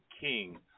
king